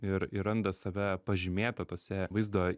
ir ir randa save pažymėtą tuose vaizdo